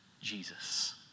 Jesus